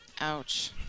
Ouch